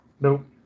nope